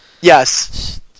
Yes